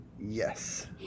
Yes